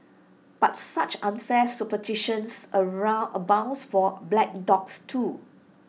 but such unfair superstitions around abounds for black dogs too